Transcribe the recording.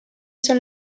són